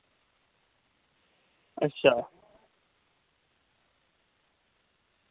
अच्छा